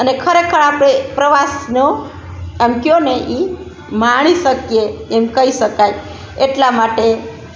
અને ખરેખર આપણે પ્રવાસનો આમ કહો ને એ માણી શકીએ એમ કહી શકાય એટલા માટે